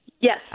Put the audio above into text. Yes